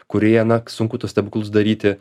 kurioje na sunku tuos stebuklus daryti